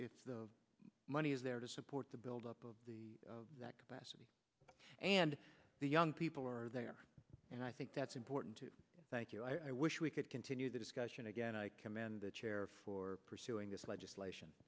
if the money is there to support the build up of the capacity and the young people are there and i think that's important too thank you i wish we could continue the discussion again i commend the chair for pursuing this legislation